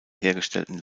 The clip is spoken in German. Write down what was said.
hergestellten